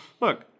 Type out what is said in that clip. look